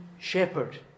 shepherd